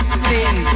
sin